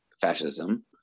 fascism